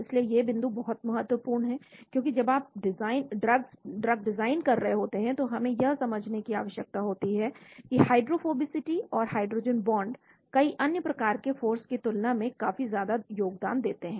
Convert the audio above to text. इसलिए ये बिंदु बहुत महत्वपूर्ण हैं क्योंकि जब आप ड्रग्स डिजाइन कर रहे होते हैं तो हमें यह समझने की आवश्यकता होती है कि हाइड्रोफोबिसिटी और हाइड्रोजन बॉन्ड कई अन्य प्रकार के फोर्स की तुलना में काफी ज्यादा योगदान देते हैं